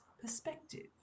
perspective